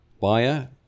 buyer